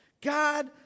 God